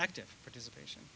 active participation